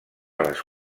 les